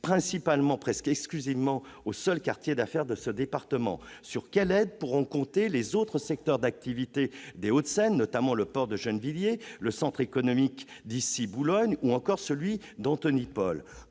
consacrée presque exclusivement au seul quartier d'affaires de ce département ? Sur quelles aides pourront compter les autres secteurs d'activité des Hauts-de-Seine, notamment le port de Gennevilliers, le centre économique d'Issy-Boulogne ou encore celui d'Antonypole ?